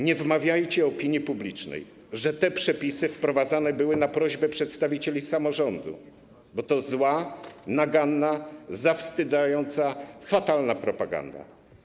Nie wmawiajcie opinii publicznej, że te przepisy wprowadzane były na prośbę przedstawicieli samorządów, bo to zła, naganna, zawstydzająca, fatalna propaganda.